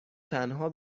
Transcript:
تنها